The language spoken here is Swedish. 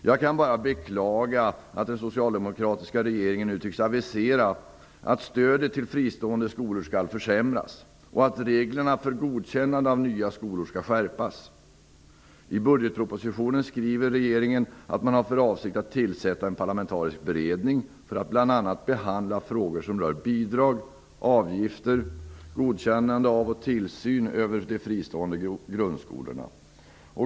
Jag kan bara beklaga att den socialdemokratiska regeringen nu tycks avisera att stödet till fristående skolor skall försämras och att reglerna för godkännande av nya skolor skall skärpas. I budgetpropositionen skriver regeringen att man har för avsikt att tillsätta en parlamentarisk beredning för att bl.a. behandla frågor som rör bidrag, avgifter, godkännande av och tillsyn över de fristående grundskolorna.